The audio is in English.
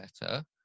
better